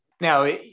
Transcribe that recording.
Now